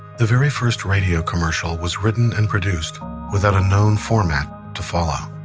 the very first radio commercial was written and produced without a known format to follow.